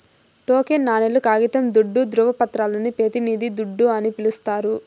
token నాణేలు, కాగితం దుడ్డు, దృవపత్రాలని పెతినిది దుడ్డు అని పిలిస్తారు